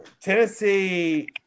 tennessee